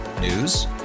News